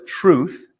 truth